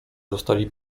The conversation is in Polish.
zostali